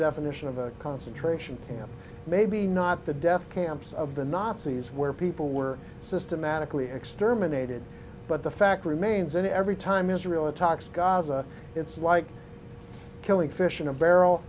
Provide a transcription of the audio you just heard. definition of a concentration camp maybe not the death camps of the nazis where people were systematically exterminated but the fact remains and every time israel attacks gaza it's like killing fish in a barrel